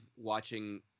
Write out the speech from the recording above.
watching